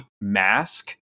mask